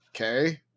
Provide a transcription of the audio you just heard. okay